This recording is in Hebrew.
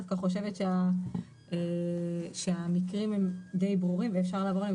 דווקא חושבת שהמקרים הם די ברורים ואפשר לעבור עליהם,